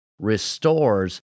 restores